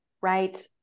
Right